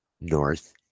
north